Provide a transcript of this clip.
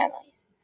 families